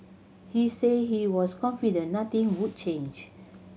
he said he was confident nothing would change